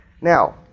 Now